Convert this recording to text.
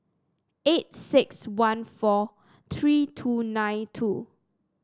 eight six one four three two nine two